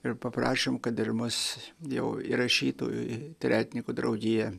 ir paprašėm kad ir mus jau įrašytų į tretinikų draugiją